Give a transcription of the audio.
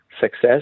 success